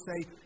say